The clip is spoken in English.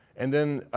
and then